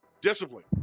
Discipline